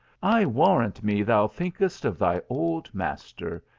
i warrant me thou think est of thy old master!